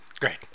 Great